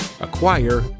acquire